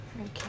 Okay